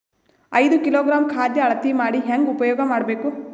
ಐದು ಕಿಲೋಗ್ರಾಂ ಖಾದ್ಯ ಅಳತಿ ಮಾಡಿ ಹೇಂಗ ಉಪಯೋಗ ಮಾಡಬೇಕು?